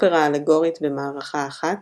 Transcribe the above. אופרה אלגורית במערכה אחת,